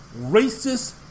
racist